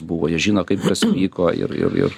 buvo jie žino kaip kas vyko ir ir ir